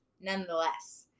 nonetheless